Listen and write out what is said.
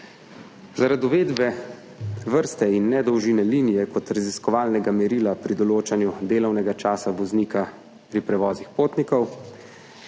Zaradi uvedbe vrste in ne dolžine linije kot raziskovalnega merila pri določanju delovnega časa voznika pri prevozih potnikov